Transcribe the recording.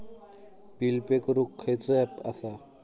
Bill pay करूक खैचो app असा?